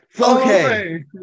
Okay